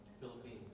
Philippines